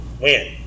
win